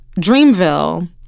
Dreamville